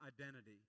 identity